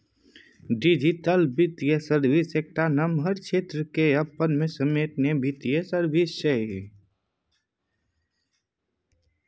digital बित्तीय service एकटा नमहर क्षेत्र केँ अपना मे समेटने बित्तीय सर्विस छै